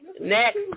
Next